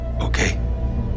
okay